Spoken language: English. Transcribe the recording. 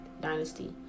dynasty